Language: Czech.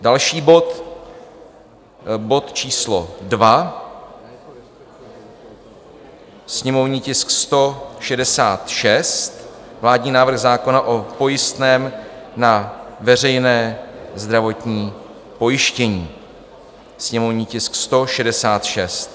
A další bod, bod číslo 2, sněmovní tisk 166 vládní návrh zákona o pojistném na veřejné zdravotní pojištění, sněmovní tisk 166.